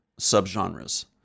subgenres